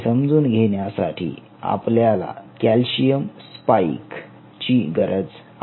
हे समजून घेण्यासाठी आपल्याला कॅल्शियम स्पाईक ची गरज आहे